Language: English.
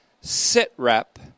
sit-rep